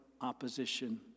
opposition